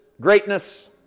greatness